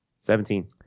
Seventeen